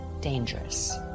dangerous